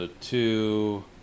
two